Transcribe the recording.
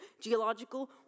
geological